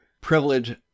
privilege